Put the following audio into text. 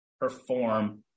perform